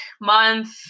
month